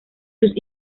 sus